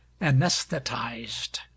anesthetized